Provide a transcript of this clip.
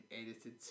edited